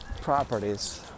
Properties